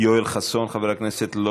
חבר הכנסת יואל חסון,